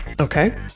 Okay